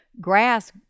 grass